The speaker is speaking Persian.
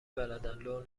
بلدن، لو